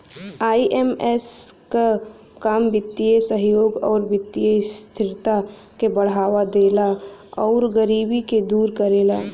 IMF क काम वित्तीय सहयोग आउर वित्तीय स्थिरता क बढ़ावा देला आउर गरीबी के दूर करेला